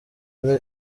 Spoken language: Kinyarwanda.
ari